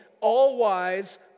all-wise